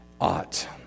ought